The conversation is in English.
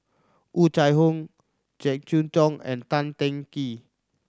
Oh Chai Hoo Jek Yeun Thong and Tan Teng Kee